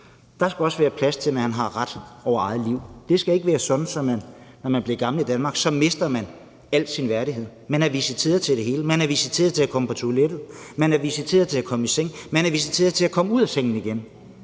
Der skal også være plads til, at man har retten over sit eget liv. Det skal ikke være sådan, at man, når man bliver gammel i Danmark, mister al sin værdighed. Man er jo visiteret til det hele. Man er visiteret til at komme på toilettet. Man er visiteret til at komme i seng. Man er visiteret til at komme ud af sengen igen.